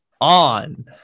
on